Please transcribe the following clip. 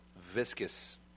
viscous